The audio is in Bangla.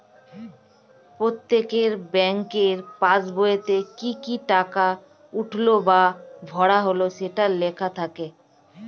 প্রত্যেকের ব্যাংকের পাসবইতে কি কি টাকা উঠলো বা ভরা হলো সেটা লেখা থাকে